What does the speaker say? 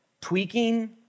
tweaking